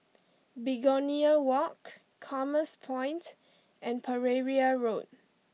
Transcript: Begonia Walk Commerce Point and Pereira Road